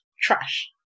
trash